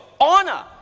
Honor